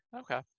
Okay